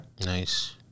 Nice